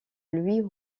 louis